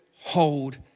hold